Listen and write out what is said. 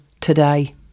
today